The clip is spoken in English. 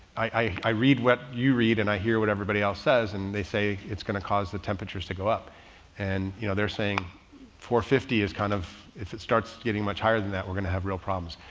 i, i, i read what you read and i hear what everybody else says and they say it's going to cause the temperatures to go up and you know they're saying four hundred and fifty is kind of, if it starts getting much higher than that, we're going to have real problems.